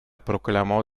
proclamò